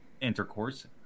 intercourse